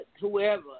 whoever